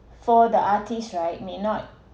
for the artist right may not